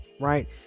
right